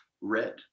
Red